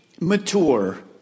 mature